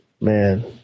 man